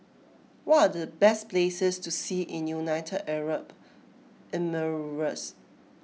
what are the best places to see in United Arab Emirates